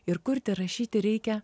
ir kurti rašyti reikia